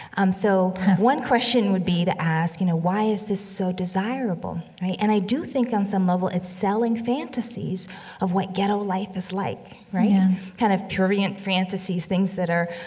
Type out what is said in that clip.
um, so one question would be to ask, you know, why is this so desirable, right? and i do think on some level it's selling fantasies of what ghetto life is like, right? yeah kind of prurient fantasies, things that are,